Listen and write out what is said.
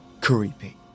creepy